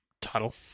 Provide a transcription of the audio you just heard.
title